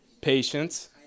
patience